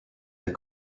dès